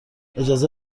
اجازه